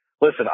Listen